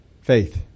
faith